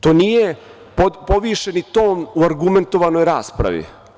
To nije povišeni ton u argumentovanoj raspravi.